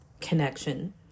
connection